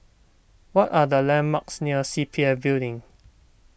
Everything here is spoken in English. what are the landmarks near C P F Building